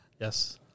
Yes